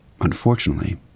unfortunately